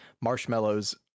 marshmallows